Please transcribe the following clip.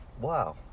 Wow